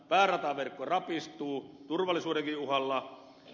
päärataverkko rapistuu turvallisuudenkin uhalla